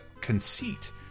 conceit